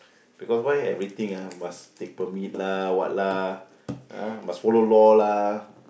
because why everything ah must take permit lah what lah ah must follow law lah